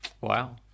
wow